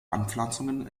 anpflanzungen